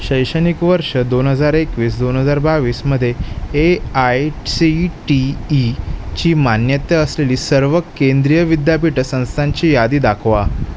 शैक्षणिक वर्ष दोन हजार एकवीस दोन हजार बावीसमध्ये ए आय सी टी ईची मान्यता असलेली सर्व केंद्रीय विद्यापीठ संस्थांची यादी दाखवा